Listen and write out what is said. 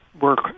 work